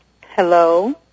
Hello